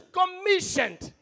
commissioned